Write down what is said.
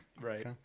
Right